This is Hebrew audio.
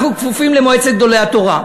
אנחנו כפופים למועצת גדולי התורה.